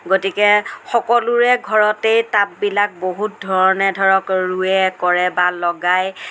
গতিকে সকলোৰে ঘৰতেই টাববিলাক বহুত ধৰণে ধৰক ৰুয়ে কৰে বা লগায়